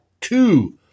two